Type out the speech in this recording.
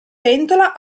pentola